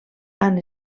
han